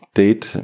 date